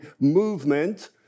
movement